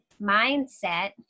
mindset